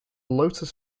lotus